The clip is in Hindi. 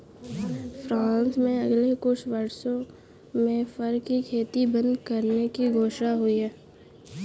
फ्रांस में अगले कुछ वर्षों में फर की खेती बंद करने की घोषणा हुई है